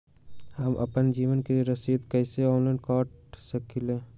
हम अपना जमीन के रसीद कईसे ऑनलाइन कटा सकिले?